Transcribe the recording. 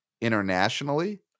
internationally